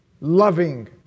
loving